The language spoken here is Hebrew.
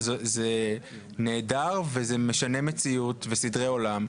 זה נהדר וזה משנה מציאות וסדרי עולם.